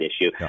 issue